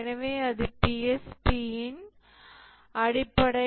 எனவே அது PSP இன் அடிப்படை